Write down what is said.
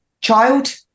child